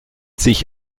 sich